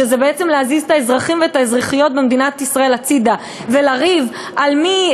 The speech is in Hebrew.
שזה בעצם להזיז את האזרחים ואת האזרחיות במדינת ישראל הצדה ולריב על מי,